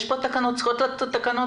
לא.